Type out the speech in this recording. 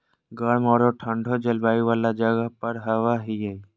गर्म औरो ठन्डे जलवायु वाला जगह पर हबैय हइ